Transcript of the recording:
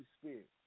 Spirit